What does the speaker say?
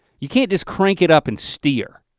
you can't just crank it up and steer.